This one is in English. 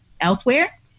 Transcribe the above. elsewhere